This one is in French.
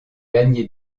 gagné